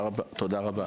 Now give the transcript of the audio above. רבה.